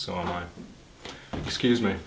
so excuse me